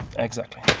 exactly.